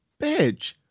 bitch